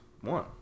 one